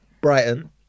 Brighton